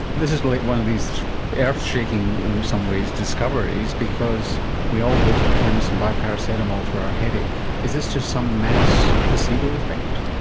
this is like one of these earthshaking, in some ways, discoveries, because we all go to the chemist and buy paracetamol for our headache. is this just some mass placebo effect?